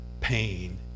pain